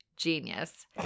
genius